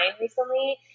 recently